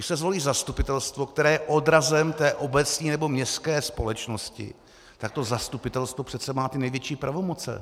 Když se zvolí zastupitelstvo, které je odrazem té obecní nebo městské společnosti, tak to zastupitelstvo přece má největší pravomoci.